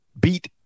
beat